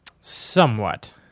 Somewhat